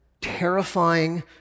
terrifying